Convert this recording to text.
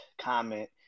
comment